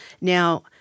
Now